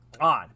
on